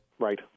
Right